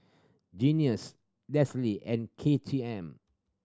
Guinness Delsey and K T M